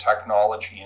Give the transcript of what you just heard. technology